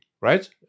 right